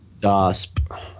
DOSP